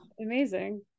amazing